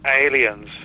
aliens